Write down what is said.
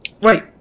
Wait